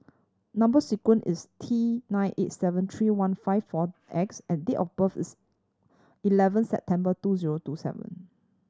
number sequence is T nine eight seven three one five four X and date of birth is eleven September two zero two seven